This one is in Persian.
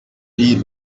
پیر